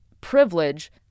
privilege